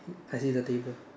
I see the table